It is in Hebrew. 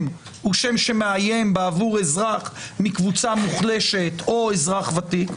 הוא שם שמאיים בעבור אזרח מקבוצה מוחלשת או אזרח ותיק,